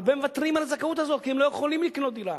הרבה מוותרים על הזכאות הזאת כי הם לא יכולים לקנות דירה.